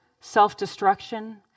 self-destruction